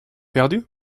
perdu